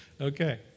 okay